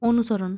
অনুসরণ